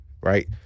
right